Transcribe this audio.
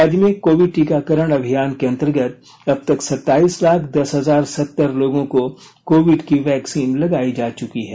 राज्य में कोविड टीकाकरण अभियान के अंतर्गत अब तक सताईस लाख दस हजार सतर लोगों को कोविड की वैक्सीन लगाई जा चुंकी है